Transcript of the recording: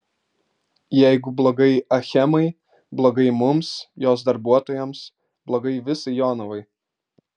jeigu blogai achemai blogai mums jos darbuotojams blogai visai jonavai